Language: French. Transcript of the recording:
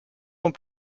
ans